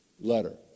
letter